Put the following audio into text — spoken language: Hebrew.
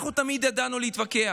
אנחנו תמיד ידענו להתווכח.